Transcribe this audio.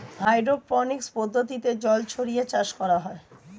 hydroponics পদ্ধতিতে জল ছড়িয়ে চাষ করা হয়